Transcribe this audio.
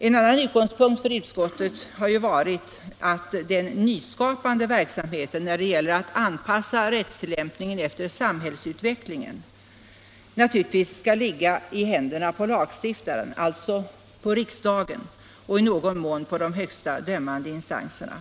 En annan utgångspunkt för utskottet har varit att den nyskapande verksamheten när det gäller att anpassa rättstillämpningen efter samhällsutvecklingen naturligtvis skall ligga i händerna på lagstiftaren, alltså på riksdagen, och i någon mån på de högsta dömande instanserna.